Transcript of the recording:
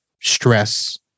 stress